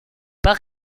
par